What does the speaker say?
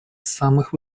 самых